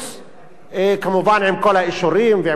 כמובן עם כל האישורים וכל הזה,